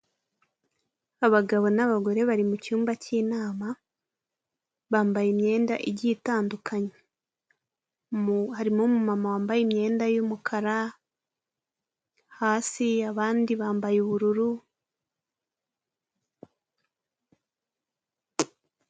Abagabo n'abagore bari mu cyumba cy'inama, bambaye imyenda igiye itandukanye, hari umumama wambaye imyenda y'umukara hasi, abandi bambaye ubururu.